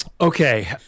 Okay